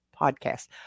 podcast